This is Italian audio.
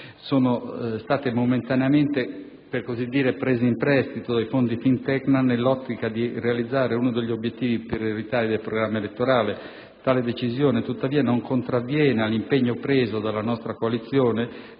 sono state momentaneamente prese in prestito, per così dire, dai fondi Fintecna, nell'ottica di realizzare uno degli obiettivi prioritari del programma elettorale. Tale decisione tuttavia non contravviene all'impegno preso dalla nostra coalizione,